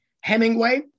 Hemingway